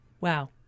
wow